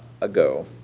ago